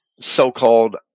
so-called